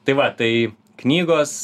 tai va tai knygos